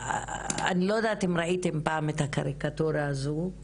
אני לא יודעת, אם ראיתם פעם את הקריקטורה הזו,